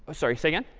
ah sorry. say again.